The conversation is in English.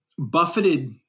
Buffeted